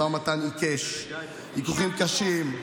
ויכוחים קשים.